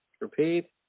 Repeat